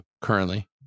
currently